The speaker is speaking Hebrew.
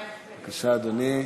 בבקשה, אדוני.